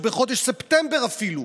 או בחודש ספטמבר אפילו,